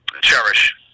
cherish